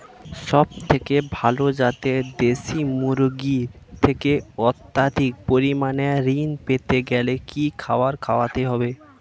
সবথেকে ভালো যাতে দেশি মুরগির থেকে অত্যাধিক পরিমাণে ঋণ পেতে গেলে কি খাবার খাওয়াতে হবে?